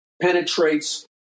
penetrates